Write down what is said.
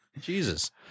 jesus